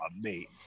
mate